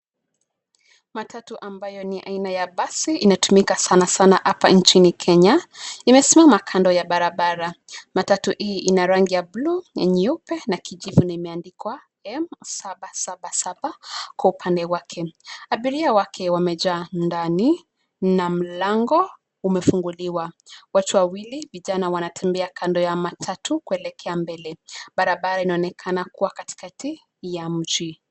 Matatu ambayo ni ya aina ya basi inatumika sanasana hapa nchini Kenya imesimama kando ya barabara. Matatu hii ina rangi ya blue na nyeupe na kijivu na imeandikwa M777 kwa upande wake. Abiria wake wamejaa ndani na mlango umefunguliwa. Watu wawili vijana wanatembea kando ya matatu kuelekea mbele. Barabara inaonekana kuwa katikati ya mji.